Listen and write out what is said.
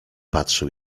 patrzył